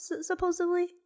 supposedly